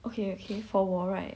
okay okay for 我 right